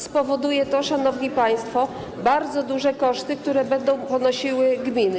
Spowoduje to, szanowni państwo, bardzo duże koszty, które będą ponosiły gminy.